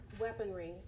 weaponry